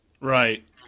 Right